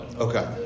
Okay